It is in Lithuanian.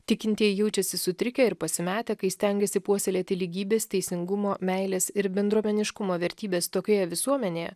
tikintieji jaučiasi sutrikę ir pasimetę kai stengiasi puoselėti lygybės teisingumo meilės ir bendruomeniškumo vertybes tokioje visuomenėje